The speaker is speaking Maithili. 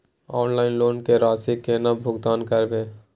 ऑनलाइन लोन के राशि केना भुगतान करबे?